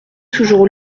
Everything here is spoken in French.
toujours